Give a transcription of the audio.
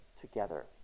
together